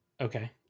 Okay